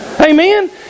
Amen